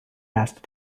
asked